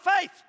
faith